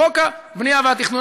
חוק הבנייה והתכנון,